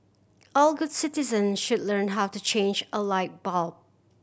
all good citizen should learn how to change a light bulb